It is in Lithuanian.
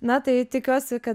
na tai tikiuosi kad